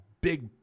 big